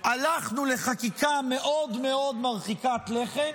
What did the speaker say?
הלכנו לחקיקה מאוד מאוד מרחיקת לכת,